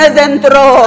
dentro